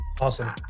Awesome